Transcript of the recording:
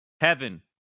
Heaven